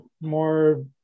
more